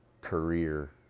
career